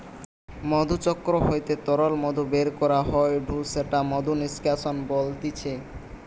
মধুচক্র হইতে তরল মধু বের করা হয়ঢু সেটা মধু নিষ্কাশন বলতিছে